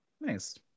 Nice